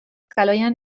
kaloian